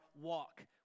walk